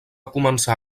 començar